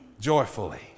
joyfully